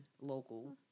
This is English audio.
local